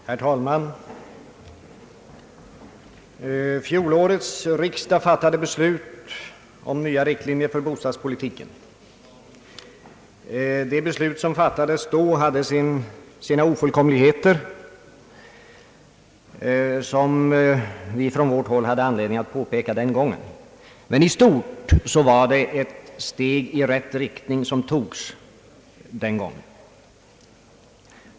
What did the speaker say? Herr talman! Fjolårets riksdag fattade beslut om nya riktlinjer för bostadspolitiken. De beslut som fattades då hade sina ofullkomligheter, som vi från vårt håll hade anledning att påpeka den gången, men i stort var det steg i rätt riktning som togs.